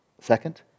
second